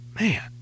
man